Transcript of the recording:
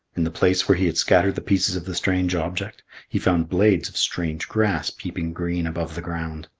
in the place where he had scattered the pieces of the strange object, he found blades of strange grass peeping green above the ground.